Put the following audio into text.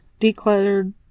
decluttered